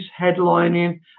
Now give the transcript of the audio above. headlining